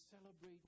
celebrate